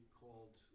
called